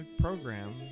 program